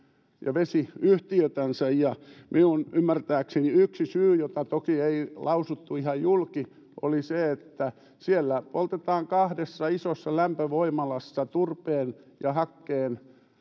ja vesiyhtiötänsä ja minun ymmärtääkseni yksi syy jota toki ei lausuttu ihan julki oli se että siellä poltetaan kahdessa isossa lämpövoimalassa turpeen ja hakkeen ja